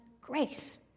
grace